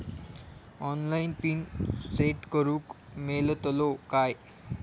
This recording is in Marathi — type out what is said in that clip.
ऑनलाइन पिन सेट करूक मेलतलो काय?